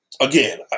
again